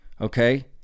okay